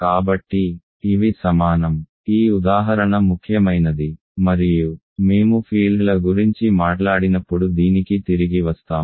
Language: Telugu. కాబట్టి ఇవి సమానం ఈ ఉదాహరణ ముఖ్యమైనది మరియు మేము ఫీల్డ్ల గురించి మాట్లాడినప్పుడు దీనికి తిరిగి వస్తాము